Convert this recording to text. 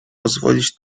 pozwolić